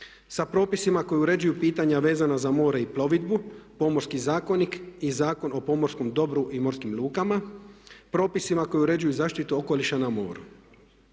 sa propisima koji uređuju pitanja vezana za more i plovidbu, Pomorski zakonik i Zakon o pomorskom dobru i morskim lukama, propisima koji uređuju zaštitu okoliša na moru.